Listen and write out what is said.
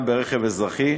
גם ברכב אזרחי,